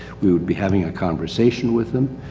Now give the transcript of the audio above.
we would be having a conversation with them.